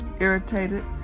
irritated